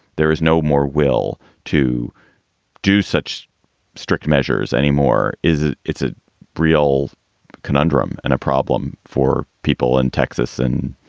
there is no more will to do such strict measures anymore, is it? it's a real conundrum and a problem for people in texas and